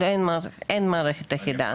אין מערכת אחידה.